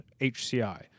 HCI